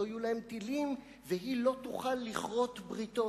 לא יהיו להם טילים והיא לא תוכל לכרות בריתות.